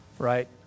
right